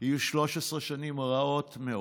יהיו 13 שנים רעות מאוד.